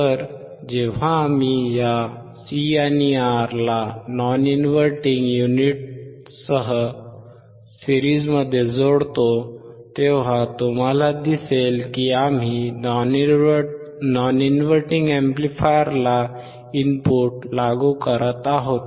तर जेव्हा आम्ही या C आणि R ला नॉन इनव्हर्टिंग युनिटसह सिरीज़मध्ये जोडतो तेव्हा तुम्हाला दिसेल की आम्ही नॉन इनव्हर्टिंग अॅम्प्लिफायरला इनपुट लागू करत आहोत